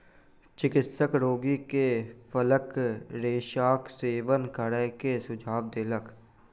चिकित्सक रोगी के फलक रेशाक सेवन करै के सुझाव देलक